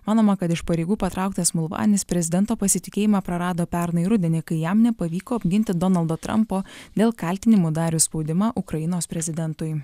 manoma kad iš pareigų patrauktas mulvanis prezidento pasitikėjimą prarado pernai rudenį kai jam nepavyko apginti donaldo trampo dėl kaltinimų darius spaudimą ukrainos prezidentui